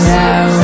now